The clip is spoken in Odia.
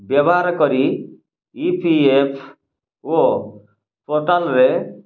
ବ୍ୟବହାର କରି ଇ ପି ଏଫ୍ ଓ ପୋଟାର୍ଲରେ